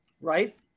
Right